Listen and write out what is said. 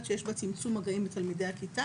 שיש בה צמצום מגעים לתלמידי הכיתה,